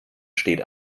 steht